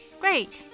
Great